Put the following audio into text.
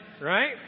right